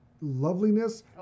loveliness